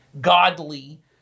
godly